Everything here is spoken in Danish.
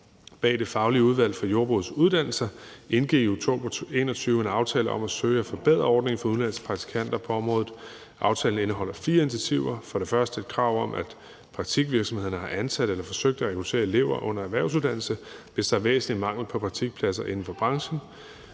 bag Det faglige udvalg for Jordbrugets Uddannelser indgik i oktober 2021 en aftale om at søge at forbedre ordningen for udenlandske praktikanter på området. Aftalen indeholder fire initiativer: for det første et krav om, at praktikvirksomhederne har ansat eller forsøgt at rekruttere elever under erhvervsuddannelse, hvis der er væsentlig mangel på praktikpladser inden for branchen;